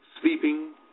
sleeping